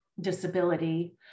disability